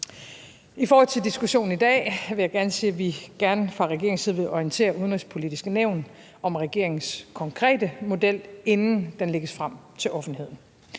I forhold til diskussionen i dag vil jeg gerne sige, at vi gerne fra regeringens side vil orientere Det Udenrigspolitiske Nævn om regeringens konkrete model, inden den lægges frem til offentligheden.